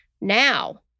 Now